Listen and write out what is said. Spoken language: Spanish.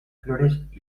flores